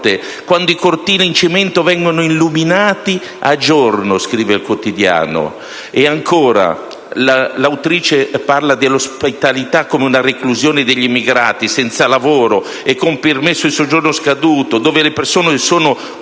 quando i cortili in cemento vengono illuminati a giorno» si legge sul quotidiano. E ancora, l'autrice parla dell'ospitalità come una reclusione degli immigrati senza lavoro e con permesso di soggiorno scaduto, che vengono